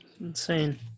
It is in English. Insane